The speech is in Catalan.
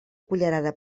cullerada